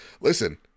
listen